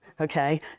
okay